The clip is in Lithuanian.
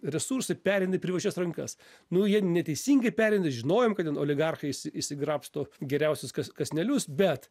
resursai pereina į privačias rankas nu jie neteisingai pereina žinojom kad ten oligarchai išsi išsigrabsto geriausius kąs kąsnelius bet